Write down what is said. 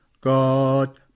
God